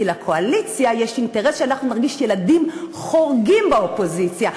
כי לקואליציה יש אינטרס שאנחנו נרגיש ילדים חורגים באופוזיציה,